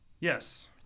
Yes